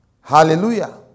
Hallelujah